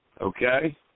Okay